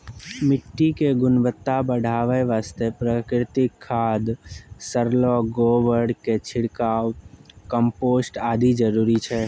मिट्टी के गुणवत्ता बढ़ाय वास्तॅ प्राकृतिक खाद, सड़लो गोबर के छिड़काव, कंपोस्ट आदि जरूरी छै